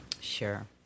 Sure